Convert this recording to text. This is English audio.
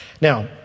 Now